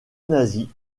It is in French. nazi